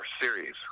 series